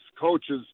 coaches